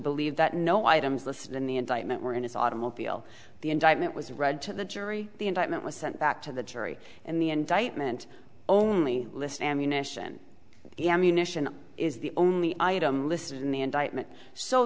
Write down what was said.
believe that no items listed in the indictment were in his automobile the indictment was read to the jury the indictment was sent back to the jury and the indictment only list ammunition ammunition is the only item listed in the indictment so